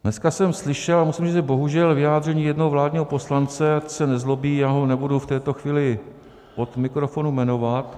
Dneska jsem slyšel, a musím říci, že bohužel, vyjádření jednoho vládního poslance ať se nezlobí, já ho nebudu v této chvíli od mikrofonu jmenovat.